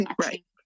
right